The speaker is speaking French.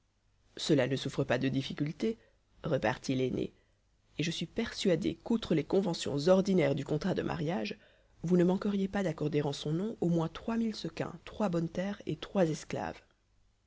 cela ne souffre pas de difficulté repartit l'aîné et je suis persuadé qu'outre les conventions ordinaires du contrat de mariage vous ne manqueriez pas d'accorder en son nom au moins trois mille sequins trois bonnes terres et trois esclaves